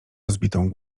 rozbitą